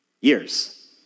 Years